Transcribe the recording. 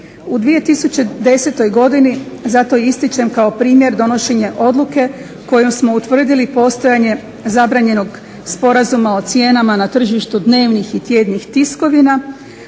U 2010.godini zato ističem kao primjer donošenje odluke kojom smo utvrdili postojanje zabranjenog sporazuma o cijenama na tržištu dnevnih i tjednih tiskovina,